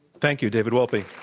thank you, david wolpe.